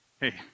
Hey